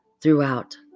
throughout